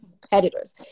competitors